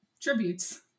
tributes